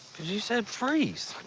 because you said freeze.